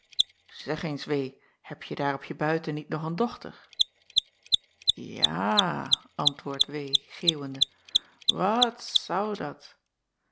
eg eens hebje daar op je buiten niet nog een dochter a a a a antwoordt geeuwende wa at zou dat